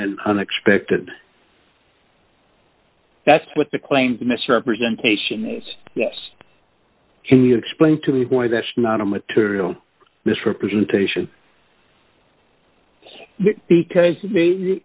and unexpected that's what the claim misrepresentation aids yes can you explain to me why that's not a material misrepresentation because the